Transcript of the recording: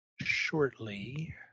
shortly